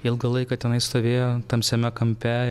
ilgą laiką tenai stovėjo tamsiame kampe